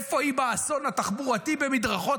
איפה היא באסון התחבורתי במדרכות